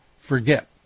forget